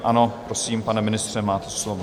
Ano, prosím, pane ministře, máte slovo.